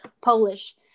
Polish